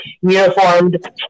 uniformed